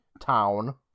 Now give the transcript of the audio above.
town